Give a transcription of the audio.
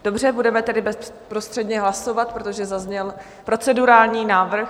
Dobře, budeme tedy bezprostředně hlasovat, protože zazněl procedurální návrh.